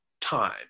time